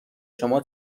شما